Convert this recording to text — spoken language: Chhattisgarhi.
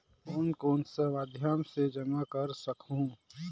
कौन कौन सा माध्यम से जमा कर सखहू?